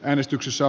äänestyksessä